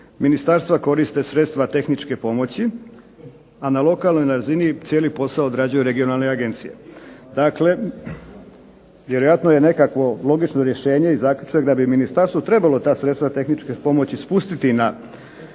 Ministarstva koriste sredstva tehničke pomoći, a na lokalnoj razini cijeli posao odrađuju regionalne agencije. Dakle, vjerojatno je nekakvo logično rješenje i zaključak da bi ministarstvo ta sredstva tehničke pomoći spustiti na